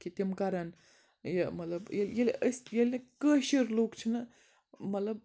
کہِ تِم کَرَن یہِ مطلب ییٚلہِ أسۍ ییٚلہِ نہٕ کٲشِر لُکھ چھِنہٕ مطلب